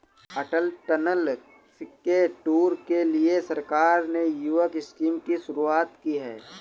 अटल tunnel के tour के लिए सरकार ने युवक स्कीम की शुरुआत की है